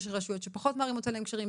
יש רשויות שפחות מערימות קשיים.